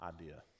idea